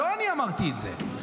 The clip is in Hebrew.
לא אני אמרתי את זה.